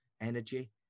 energy